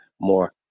more